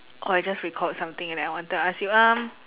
orh I just recalled something and I wanted to ask you um